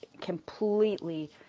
completely